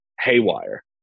haywire